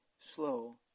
slow